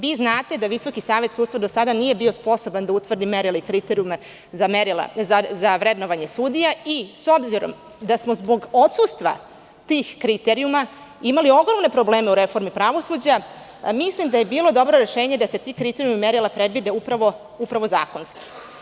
Vi znate da Visoki savet sudstva do sada nije bio sposoban da utvrdi merila i kriterijume za vrednovanje sudija i s obzirom da smo zbog odsustva tih kriterijuma imali ogromne probleme u reformi pravosuđa, mislim da je bilo dobro rešenje da se ti kriterijumi i merila predvide upravo zakonski.